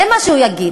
זה מה שהוא יגיד.